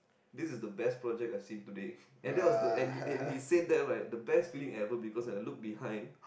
this is the best project I've seen today and that was the and and he said that right the best feeling ever because when I looked behind